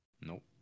nope